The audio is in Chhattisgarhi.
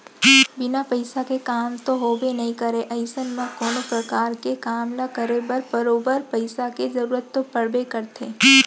बिन पइसा के काम तो होबे नइ करय अइसन म कोनो परकार के काम ल करे बर बरोबर पइसा के जरुरत तो पड़बे करथे